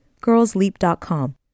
girlsleap.com